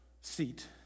seat